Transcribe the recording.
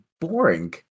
boring